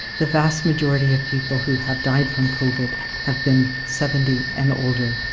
the vast majority of people who have died from covid have been seventy and older.